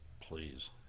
Please